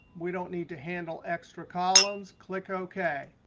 we don't need to handle extra columns. click ok,